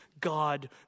God